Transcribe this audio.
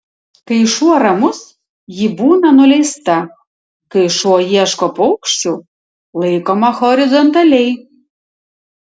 kai šuo ramus ji būna nuleista kai šuo ieško paukščių laikoma horizontaliai